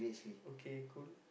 okay cool